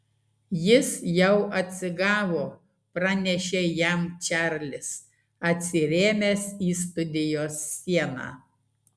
jis jau atsigavo pranešė jam čarlis atsirėmęs į studijos sieną